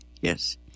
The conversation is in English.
yes